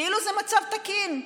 כאילו זה מצב תקין.